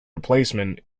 replacement